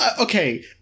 Okay